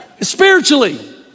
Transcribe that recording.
Spiritually